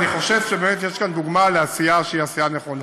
אני חושב שיש כאן דוגמה לעשייה שהיא עשייה נכונה.